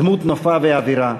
דמות נופה ואווירה.